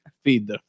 Feed